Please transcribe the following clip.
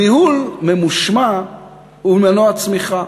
ניהול ממושמע הוא מנוע צמיחה,